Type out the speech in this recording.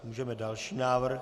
Můžeme další návrh.